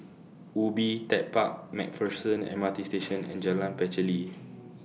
Ubi Tech Park MacPherson M R T Station and Jalan Pacheli